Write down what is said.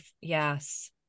yes